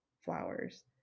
flowers